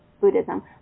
Buddhism